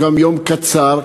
הוא יום קצר,